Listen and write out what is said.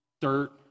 dirt